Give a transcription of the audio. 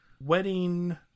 wedding